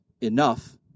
Enough